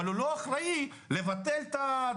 אבל הוא לא אחרי לבטל את זה.